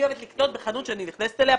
אני אוהבת לקנות בחנות שאני נכנסת אליה,